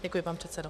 Děkuji pane předsedo.